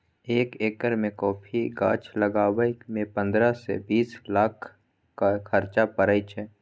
एक एकर मे कॉफी गाछ लगाबय मे पंद्रह सँ बीस लाखक खरचा परय छै